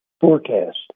forecast